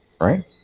Right